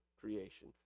creation